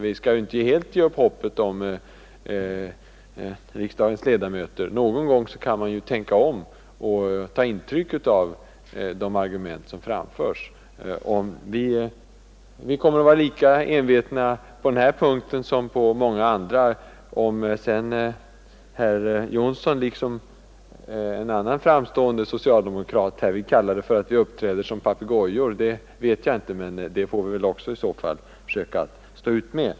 Vi skall inte helt ge upp hoppet om riksdagens ledamöter. Någon gång kan man ju tänka om och ta intryck av de argument som framförs. Vi kommer att vara lika envetna på den här punkten som på många andra. Om sedan herr Johnsson i Blentarp liksom en annan framstående socialdemokrat vill kalla det för att vi uppträder som papegojor vet jag inte, men det får vi väl i så fall också försöka stå ut med.